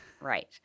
Right